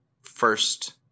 first